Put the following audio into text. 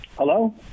Hello